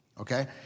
okay